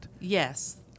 Yes